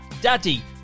Daddy